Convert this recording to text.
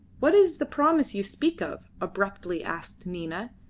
what is the promise you speak of? abruptly asked nina,